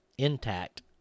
Intact